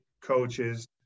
coaches